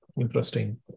interesting